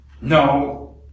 No